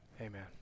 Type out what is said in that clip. Amen